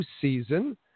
season